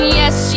yes